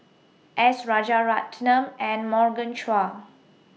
S Rajaratnam and Morgan Chua